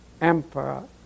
Emperor